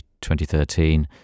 2013